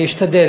אני אשתדל.